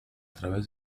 través